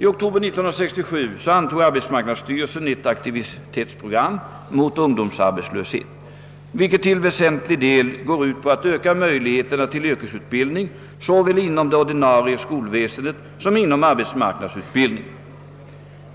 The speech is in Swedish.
I oktober 1967 antog arbetsmarknadsstyrelsen ett aktivitetsprogram mot ungdomsarbetslöshet, vilket till väsentlig del går ut på att öka möjligheterna till yrkesutbildning såväl inom det ordinarie skolväsendet som inom arbetsmarknadsutbildningen.